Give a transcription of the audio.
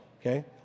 okay